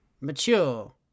Mature